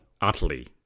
Utterly